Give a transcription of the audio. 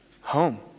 Home